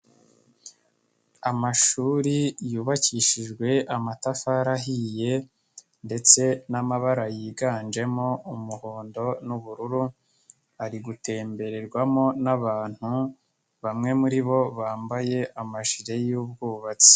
Amashuri yubakishijwe amatafari ahiye ndetse n'amabara yiganjemo umuhondo n'ubururu, ari gutembererwamo n'abantu, bamwe muri bo bambaye amajire y'ubwubatsi.